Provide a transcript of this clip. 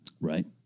Right